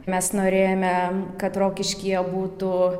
mes norėjome kad rokiškyje būtų